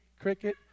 cricket